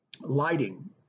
Lighting